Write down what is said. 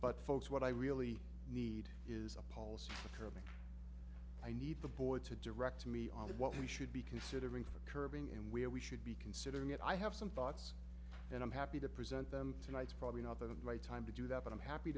but folks what i really need is a policy of curbing i need the boy to direct me on what we should be considering for curbing and where we should be considering it i have some thoughts and i'm happy to present them tonight it's probably not the right time to do that but i'm happy